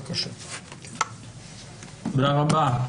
תודה רבה.